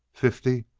fifty?